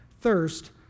thirst